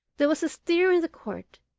there was a stir in the court,